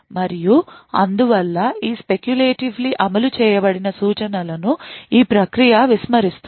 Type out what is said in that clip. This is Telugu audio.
మరియు అందువల్ల ఈ స్పెకులేటివ్లీ అమలు చేయబడిన సూచనలను ఈ ప్రక్రియ విస్మరిస్తుంది